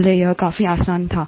पहले यह काफी आसान था